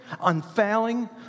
unfailing